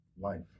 life